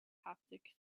haptic